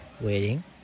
Waiting